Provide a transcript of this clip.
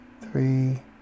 three